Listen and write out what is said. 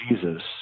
Jesus